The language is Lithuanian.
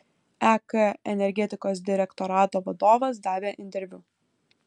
ek energetikos direktorato vadovas davė interviu